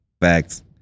Facts